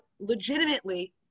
legitimately